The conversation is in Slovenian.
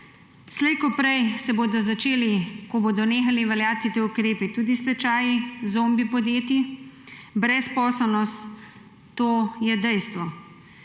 Slej ko prej se bodo začeli, ko bodo nehali veljati ti ukrepi, tudi stečaji zombi podjetij, brezposelnost, to je dejstvo.